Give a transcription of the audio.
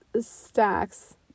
stacks